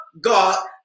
God